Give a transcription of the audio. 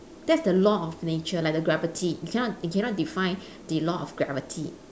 that's the law of nature like the gravity you cannot you cannot defy the law of gravity